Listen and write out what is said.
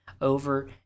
over